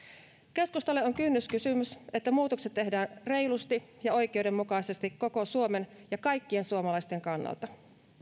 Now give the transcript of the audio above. keskustalle on kynnyskysymys että muutokset tehdään reilusti ja oikeudenmukaisesti koko suomen ja kaikkien suomalaisten kannalta